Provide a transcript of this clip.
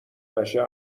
نشه